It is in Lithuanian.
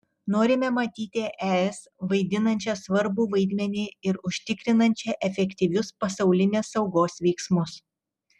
norime matyti es vaidinančią svarbų vaidmenį ir užtikrinančią efektyvius pasaulinės saugos veiksmus